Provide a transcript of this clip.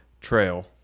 trail